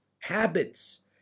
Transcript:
habits